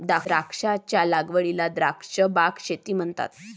द्राक्षांच्या लागवडीला द्राक्ष बाग शेती म्हणतात